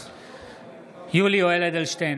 יולי יואל אדלשטיין,